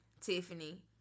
Tiffany